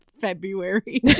February